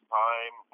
time